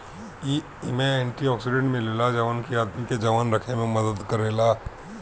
एमे antioxidant मिलेला जवन की आदमी के जवान रखे में मदद करेला